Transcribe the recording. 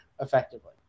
effectively